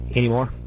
anymore